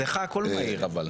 אצלכם הכל מהיר.